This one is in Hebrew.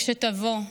"כשתבוא",